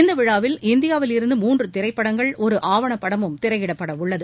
இந்த விழாவில் இந்தியாவில் இருந்து மூன்று திரைப்படங்கள் ஒரு ஆவண படமும் திரையிடப்படவுள்ளது